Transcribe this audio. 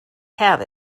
have